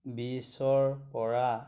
বিছৰপৰা